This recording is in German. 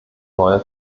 neue